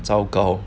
糟糕